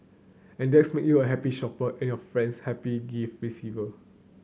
and that's make you a happy shopper and your friends happy gift receiver